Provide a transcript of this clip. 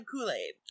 Kool-Aid